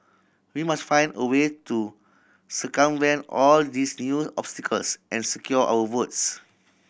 we must find a way to circumvent all these new obstacles and secure our votes